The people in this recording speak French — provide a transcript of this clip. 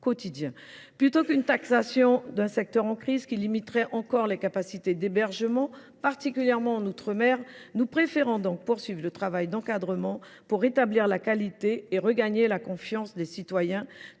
mettre en place une taxation sur un secteur en crise, qui limiterait encore les capacités d’hébergement, en particulier en outre mer, nous préférons poursuivre le travail d’encadrement pour rétablir la qualité et regagner la confiance des citoyens.